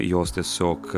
jos tiesiog